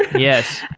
yes.